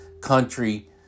country